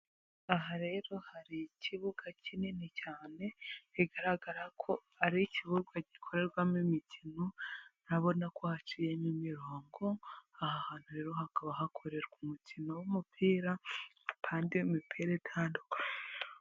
Aha rero hari ikibuga kinini cyane, bigaragara ko ari ikibuga gikorerwamo imikino, murabona ko haciyemo imirongo, aha hantu rero hakaba hakorerwa umukino w'umupira, kandi iyo mipira itandukanye.